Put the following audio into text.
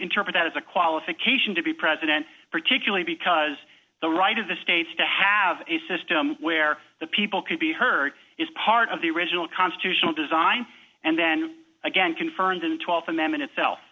interpret that as a qualification to be president particularly because the right of the states to have a system where the people could be heard is part of the original constitutional design and then again confirmed in the th amendment itself